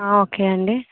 okay అండి